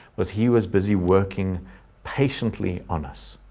was he was busy working patiently on us.